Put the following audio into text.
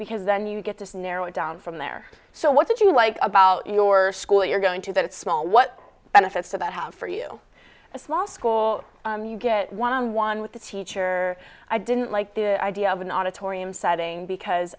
because then you get to narrow it down from there so what did you like about your school you're going to that small what benefits to that have for you a small school you get one on one with the teacher i didn't like the idea of an auditorium citing because